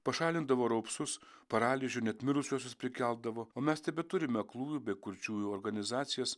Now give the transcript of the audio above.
pašalindavo raupsus paralyžių net mirusiuosius prikeldavo o mes tebeturime aklųjų bei kurčiųjų organizacijas